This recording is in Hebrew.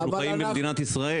אנחנו חיים במדינת ישראל.